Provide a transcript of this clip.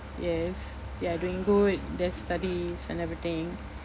yes they are doing good their studies and everything